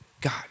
God